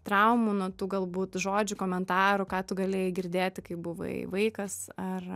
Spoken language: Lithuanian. traumų nuo tų galbūt žodžių komentarų ką tu galėjai girdėti kai buvai vaikas ar